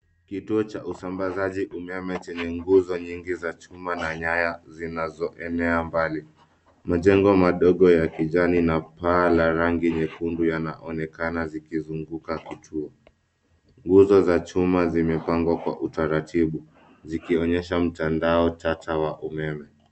Kituo cha usambazaji umeme kimezungukwa na nguzo nyingi za chuma na nyaya zinazonyooshwa mbali. Majengo madogo ya kijani yenye paa la rangi ya machungwa yanaonekana yamezunguka kituo hicho. Nguzo za chuma zimepangwa kwa utaratibu, zikionyesha mtandao mpana wa usambazaji wa umeme.